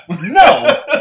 no